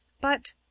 But